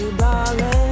darling